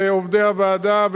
לעובדי הוועדה,